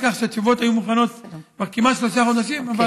התשובות היו מוכנות כבר כמעט שלושה חודשים, בסדר.